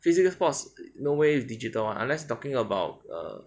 physical sports no way digital [one] unless talking about err